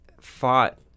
fought